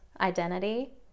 identity